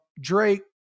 Drake